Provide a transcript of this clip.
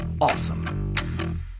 awesome